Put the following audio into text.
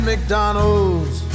McDonald's